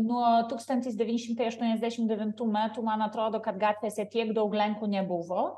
nuo tūkstantis defvyni šimtai aštuoniasdešimt devintų metų man atrodo kad gatvėse tiek daug lenkų nebuvo